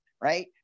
Right